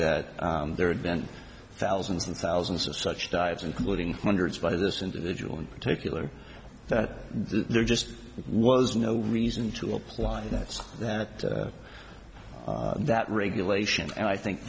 that there invent thousands and thousands of such dives including hundreds by this individual in particular that there just was no reason to apply that so that that regulation and i think